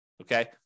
okay